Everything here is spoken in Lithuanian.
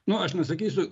nu aš nesakysiu